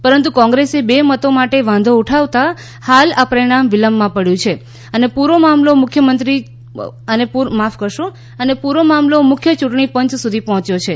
પરંતુ કોંગ્રેસે બે મતો માટે વાંધો ઊઠાવતાં આ હાલ પરિણામ વિલંબમાં પડ્યું છે અને પૂરો મામલો મુખ્ય ચૂંટણી પંચ સુધી પહોંચ્યો છે